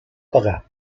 pagar